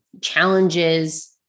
challenges